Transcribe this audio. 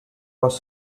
was